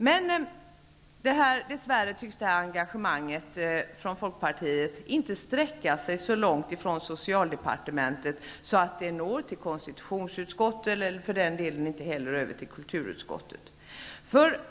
Men dess värre tycks det här engagemanget från Folkpartiet inte sträcka sig så långt från socialdepartementet att det når till konstitutionsutskottet, eller för den delen till kulturutskottet.